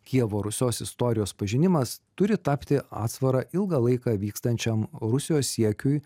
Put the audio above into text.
kijevo rusios istorijos pažinimas turi tapti atsvara ilgą laiką vykstančiam rusijos siekiui